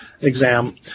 exam